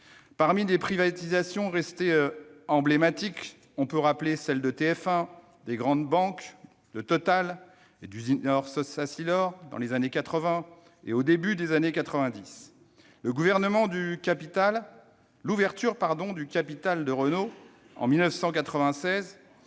Parmi des privatisations restées emblématiques, on peut rappeler celles de TF1, de grandes banques, de Total et d'Usinor-Sacilor dans les années 1980 et au début des années 1990, l'ouverture du capital de Renault en 1996